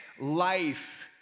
life